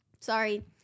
Sorry